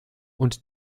und